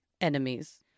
enemies